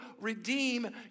redeem